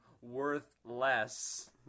Worthless